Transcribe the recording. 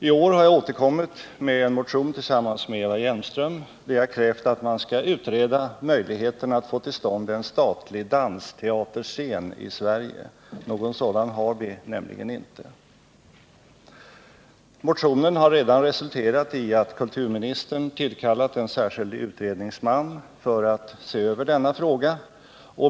T år har jag tillsammans med Eva Hjelmström återkommit med en motion, där vi krävt att man skall utreda möjligheterna att få till stånd en statlig dansteaterscen i Sverige. Någon sådan har vi nämligen inte. Motionen har redan resulterat i att kulturministern tillkallat en särskild utredningsman för att se över frågan.